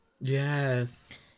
Yes